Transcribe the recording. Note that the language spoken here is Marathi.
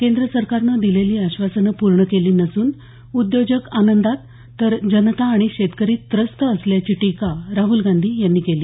केंद्र सरकारनं दिलेली आश्वासनं पूर्ण केली नसून उद्योजक आनंदात तर जनता आणि शेतकरी त्रस्त असल्याची टीका राहुल गांधी यांनी केली